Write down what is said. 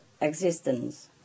existence